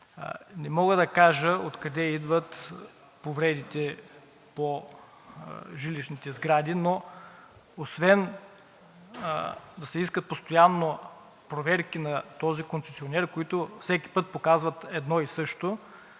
Не мога да кажа откъде идват повредите по жилищните сгради, но освен да се искат постоянно проверки на този концесионер, които всеки пък показват едно и също,